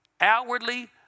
outwardly